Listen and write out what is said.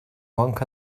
monk